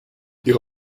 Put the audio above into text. ihre